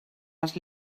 els